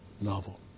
novel